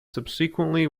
subsequently